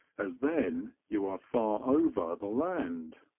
as then you are far over the land.